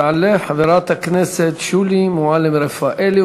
תעלה חברת הכנסת שולי מועלם-רפאלי,